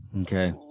Okay